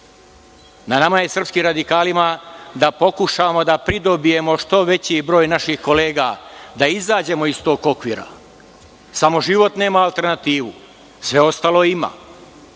nama je, srpskim radikalima, da pokušamo da pridobijemo što veći broj naših kolega da izađemo iz tog okvira. Samo život nema alternativu, sve ostalo